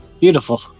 beautiful